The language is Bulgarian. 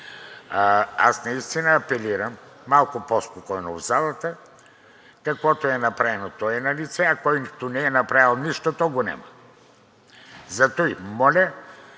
Аз наистина апелирам малко по-спокойно в залата. Каквото е направено – то е налице, а който не е направил нищо, то го няма. Затова, моля